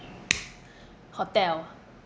hotel